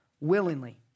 willingly